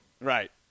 Right